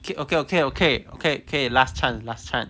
okay okay okay okay okay okay last chance last chance